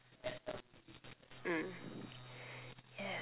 mm yes